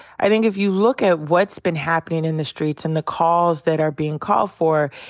i think if you look at what's been happening in the streets and the calls that are being called for,